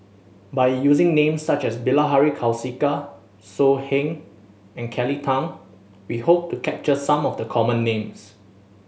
by using names such as Bilahari Kausikan So Heng and Kelly Tang we hope to capture some of the common names